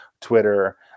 Twitter